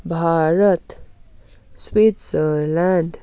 Bharat Switzerland